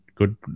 Good